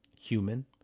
human